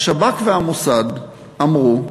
השב"כ והמוסד אמרו,